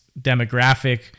demographic